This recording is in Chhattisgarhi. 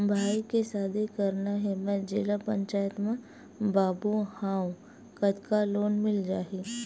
भाई के शादी करना हे मैं जिला पंचायत मा बाबू हाव कतका लोन मिल जाही?